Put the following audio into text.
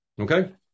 Okay